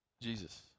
Jesus